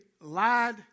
lied